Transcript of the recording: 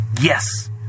yes